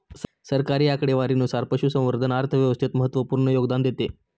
सरकारी आकडेवारीनुसार, पशुसंवर्धन अर्थव्यवस्थेत महत्त्वपूर्ण योगदान देते